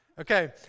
Okay